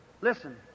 listen